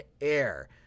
air